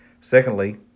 Secondly